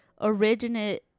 originate